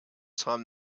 time